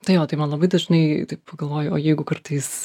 tai va tai man labai dažnai taip pagalvoju o jeigu kartais